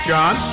John